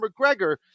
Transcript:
McGregor